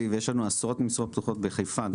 ויש לנו עשרות משרות פתוחות בחיפה.